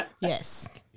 Yes